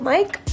Mike